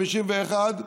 51,